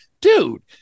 Dude